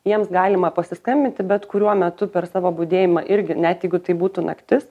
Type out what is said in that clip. jiems galima pasiskambinti bet kuriuo metu per savo budėjimą irgi net jeigu tai būtų naktis